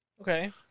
Okay